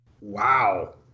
Wow